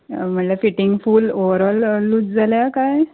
म्हळ्ळ्या fitting full overall loose जाल्या काय